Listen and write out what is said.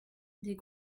des